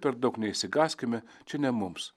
per daug neišsigąskime čia ne mums